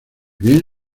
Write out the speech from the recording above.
bien